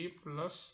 plus